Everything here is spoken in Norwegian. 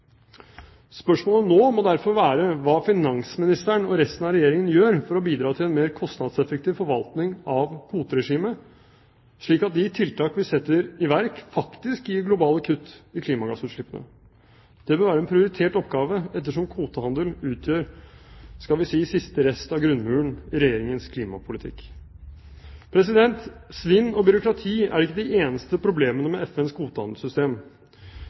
Spørsmålet nå må derfor være hva finansministeren og resten av Regjeringen gjør for å bidra til en mer kostnadseffektiv forvaltning av kvoteregimet, slik at de tiltak vi setter i verk, faktisk gir globale kutt i klimagassutslippene. Det bør være en prioritert oppgave, ettersom kvotehandel utgjør – skal vi si – siste rest av grunnmuren i Regjeringens klimapolitikk. Svinn og byråkrati er ikke de eneste problemene med FNs kvotehandelssystem.